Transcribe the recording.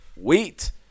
Wheat